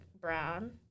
brown